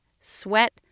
sweat